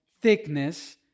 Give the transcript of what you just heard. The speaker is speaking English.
thickness